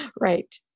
Right